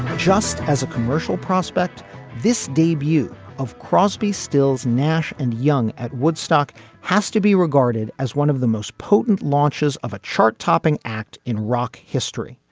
just as a commercial prospect this debut of crosby stills nash and young at woodstock has to be regarded as one of the most potent launches launches of a chart topping act in rock history.